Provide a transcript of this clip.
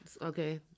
Okay